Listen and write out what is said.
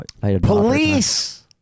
Police